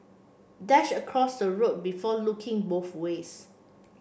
Dash across the road before looking both ways